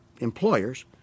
employers